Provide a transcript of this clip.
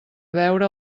veure